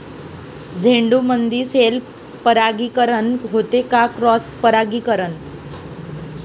झेंडूमंदी सेल्फ परागीकरन होते का क्रॉस परागीकरन?